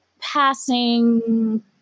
passing